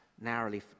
narrowly